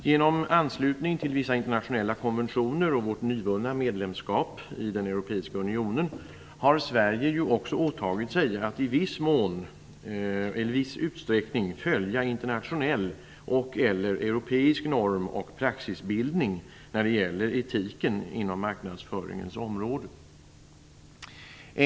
Genom anslutning till vissa internationella konventioner och vårt nyvunna medlemskap i den europeiska unionen har Sverige också åtagit sig att i viss utsträckning följa internationell och/eller europeisk norm och praxisbildning när det gäller etiken inom marknadsföringens område.